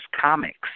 comics